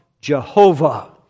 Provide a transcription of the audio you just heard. Jehovah